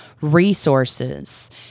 resources